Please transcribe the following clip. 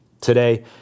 Today